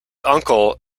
uncle